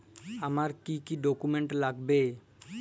আমার কি কি ডকুমেন্ট লাগবে?